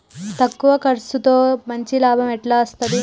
తక్కువ కర్సుతో మంచి లాభం ఎట్ల అస్తది?